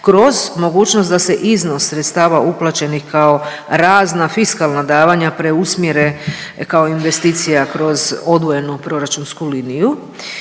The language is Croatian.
kroz mogućnost da se iznos sredstava uplaćenih kao razna fiskalna davanja preusmjere kao investicija kroz odvojenu proračunsku liniju